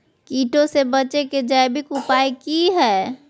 कीटों से बचे के जैविक उपाय की हैय?